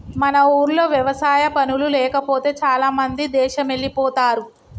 మన ఊర్లో వ్యవసాయ పనులు లేకపోతే చాలామంది దేశమెల్లిపోతారు